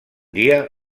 dia